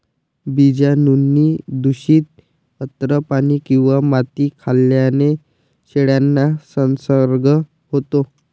बीजाणूंनी दूषित अन्न, पाणी किंवा माती खाल्ल्याने शेळ्यांना संसर्ग होतो